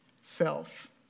self